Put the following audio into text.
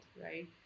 right